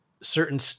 certain